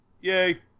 Yay